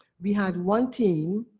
we had one team,